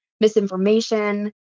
misinformation